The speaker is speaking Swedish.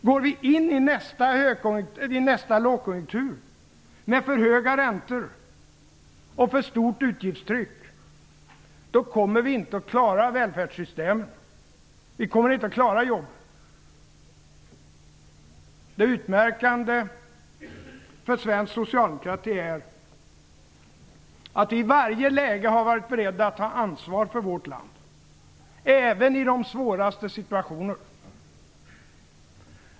Går vi in i nästa lågkonjunktur med för höga räntor och för stort utgiftstryck kommer vi inte att klara välfärdssystemen, och vi kommer inte att klara jobben. Utmärkande för svensk socialdemokrati är att vi i varje läge har varit beredda att ta ansvar för vårt land, även i de svåraste situationer.